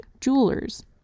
jewelers